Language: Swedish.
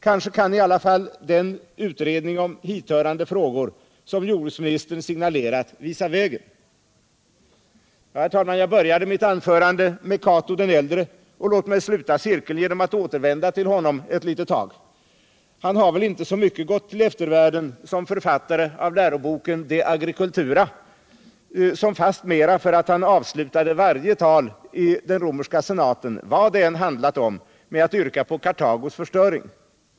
Kanske kan i alla fall den utredning om hithörande frågor som jordbruksministern signalerat visa vägen. Herr talman! Mitt anförande började jag med Cato den äldre. Låt mig sluta cirkeln genom att återvända till honom ett tag. Han har väl inte så mycket gått till eftervärlden som författare av läroboken De agri cultura som fastmera för att han avslutade varje tal i senaten, vad det än handlat om, med att yrka på Nr 70 Kartagos förstöring.